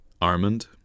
Armand